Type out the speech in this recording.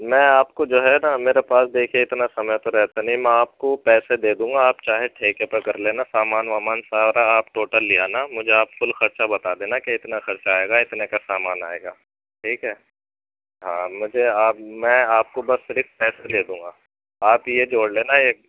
میں آپ کو جو ہے نا میرے پاس دیکھیے اتنا سمعے تو رہتا نہیں ہے میں آپ کو پیسے دے دوں گا آپ چاہے ٹھیکے پہ کر لینا سامان وامان سارا آپ ٹوٹل لے آنا مجھے آپ فل خرچہ بتا دینا کہ اتنا خرچہ آئے گا اتنے کا سامان آئے گا ٹھیک ہے ہاں مجھے آپ میں آپ کو بس صرف پیسے دے دوں گا آپ یہ جوڑ لینا ایک